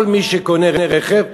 כל מי שקונה רכב,